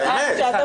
כאלה.